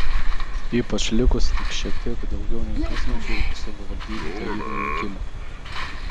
ypač likus tik šiek tiek daugiau nei pusmečiui iki savivaldybių tarybų rinkimų